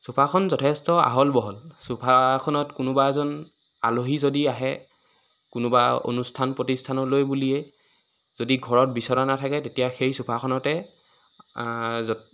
চোফাখন যথেষ্ট আহল বহল চোফাখনত কোনোবা এজন আলহী যদি আহে কোনোবা অনুষ্ঠান প্ৰতিষ্ঠানলৈ বুলিয়েই যদি ঘৰত বিচনা নাথাকে তেতিয়া সেই বিচনাখনতে